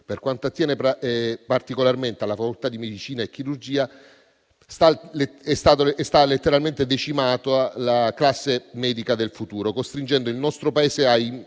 per quanto attiene particolarmente alla facoltà di medicina e chirurgia sta letteralmente decimando la classe medica del futuro, costringendo il nostro Paese a importare